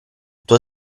tuo